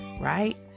right